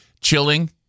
chilling